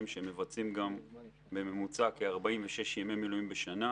שמבצעים בממוצע כ-46 ימי מילואים בשנה,